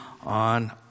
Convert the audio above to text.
on